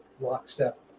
lockstep